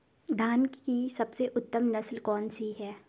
धान की सबसे उत्तम नस्ल कौन सी है?